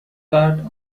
فرد